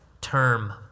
term